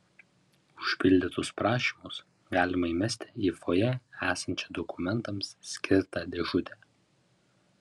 užpildytus prašymus galima įmesti į fojė esančią dokumentams skirtą dėžutę